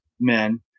Men